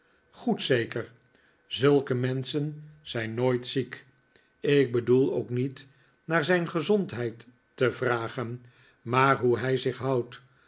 kamee bond menschen zijn nooit ziek ik bedoelde ook niet naar zijn gezondheid te vragen maar hoe hij zich houdt